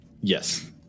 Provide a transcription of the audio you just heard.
Yes